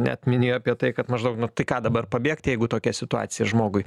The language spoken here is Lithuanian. net minėjo apie tai kad maždaug nu tai ką dabar pabėgt jeigu tokia situacija žmogui